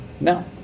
No